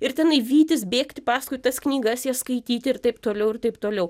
ir tenai vytis bėgti paskui tas knygas jas skaityti ir taip toliau ir taip toliau